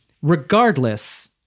Regardless